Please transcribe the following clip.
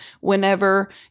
whenever